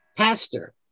pastor